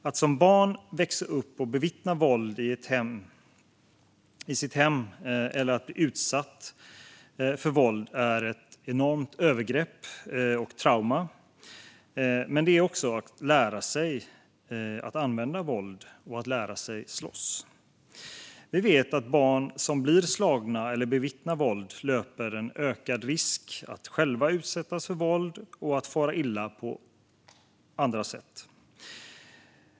Att som barn växa upp och bevittna våld i sitt hem eller bli utsatt för våld är ett enormt övergrepp och ett trauma, men det är också att lära sig att slåss och använda våld. Vi vet att barn som blir slagna eller bevittnar våld löper en ökad risk att själva utsättas för våld och att fara illa på andra sätt.